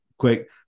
quick